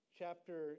chapter